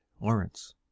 lawrence